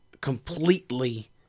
completely